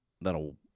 that'll